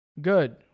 Good